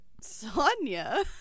Sonia